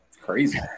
Crazy